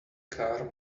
car